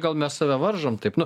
gal mes save varžom taip nu